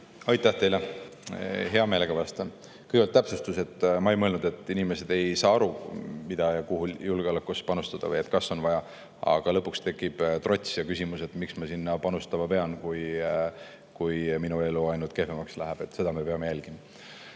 Aitäh teile! Hea meelega vastan. Kõigepealt täpsustus, et ma ei mõelnud, et inimesed ei saa aru, mida ja kuhu julgeoleku jaoks panustada või kas seda on vaja. Aga lõpuks tekib trots ja küsimus, et miks ma sinna panustama pean, kui minu elu ainult kehvemaks läheb. Seda me peame jälgima. Mis